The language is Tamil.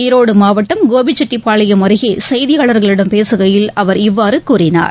ஈரோடுமாவட்டம் கோபிச்செட்டிப்பாளையம் அருகேசெய்தியாளர்களிடம் பேசுகையில் அவர் இவ்வாறுகூறினார்